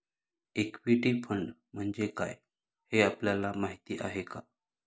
Equity fund म्हणजे काय, हे आपल्याला माहीत आहे का?